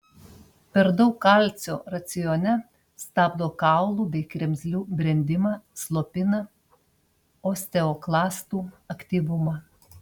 per daug kalcio racione stabdo kaulų bei kremzlių brendimą slopina osteoklastų aktyvumą